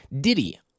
Diddy